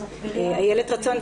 אילת רצון,